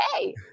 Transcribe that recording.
hey